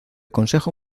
consejo